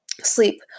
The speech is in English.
sleep